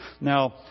Now